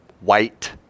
white